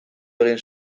egin